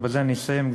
ובזה אני אסיים,